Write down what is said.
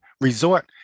resort